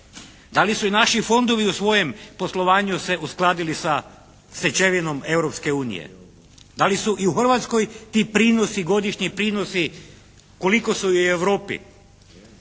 Da li su i naši fondovi u svojem poslovanju se uskladili sa stečevinom Europske unije? Da li su i u Hrvatskoj ti prinosi, godišnji prinosi koliko su i u Europi?